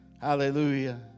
Hallelujah